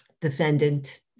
defendant